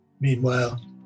Meanwhile